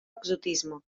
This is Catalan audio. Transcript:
exotisme